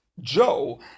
Joe